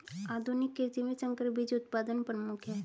आधुनिक कृषि में संकर बीज उत्पादन प्रमुख है